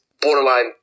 borderline